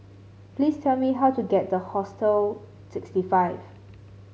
please tell me how to get the Hostel sixty five